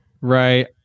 Right